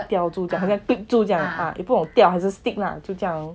一个吊着这样很像 clip 着这样我不懂吊还是 stick ah